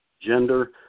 gender